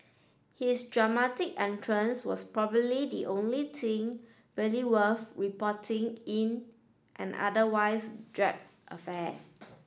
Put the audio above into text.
his dramatic entrance was probably the only thing really worth reporting in an otherwise drab affair